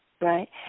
right